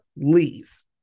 Please